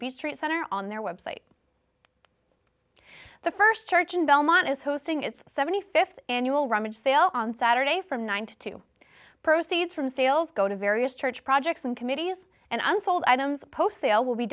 beach trade center on their website the first church in belmont is hosting its seventy fifth annual rummage sale on saturday from one to two proceeds from sales go to various church projects and committees and unsold items post sale will be